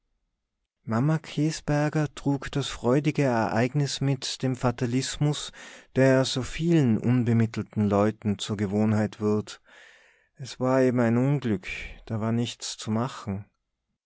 trug das freudige ereignis mit dem fatalismus der so vielen unbemittelten leuten zur gewohnheit wird es war eben ein unglück da war nichts zu machen